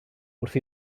wrth